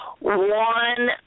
One